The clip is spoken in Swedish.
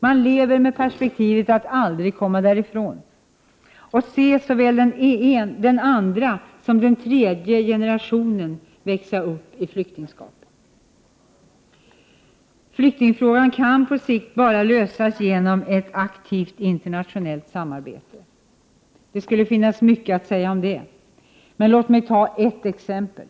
Man lever med perspektivet att aldrig komma därifrån och att få se såväl den andra som den tredje generationen växa upp i flyktingskap. Flyktingfrågan kan på sikt lösas bara genom ett aktivt internationellt samarbete. Det skulle finnas mycket att säga om detta, men låt mig bara ta ett exempel.